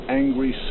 angry